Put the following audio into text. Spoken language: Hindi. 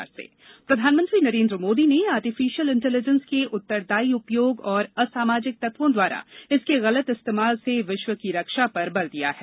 पीएम आर्टिफिशियल इंटेलिजेंस प्रधानमंत्री नरेन्द्र मोदी ने आर्टिफिशियल इंटेलिजेंस के उत्तरदायी उपयोग और असामाजिक तत्वों द्वारा इसके गलत इस्तेमाल से विश्व की रक्षा पर बल दिया है